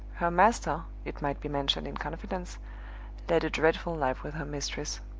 her master, it might be mentioned in confidence, led a dreadful life with her mistress.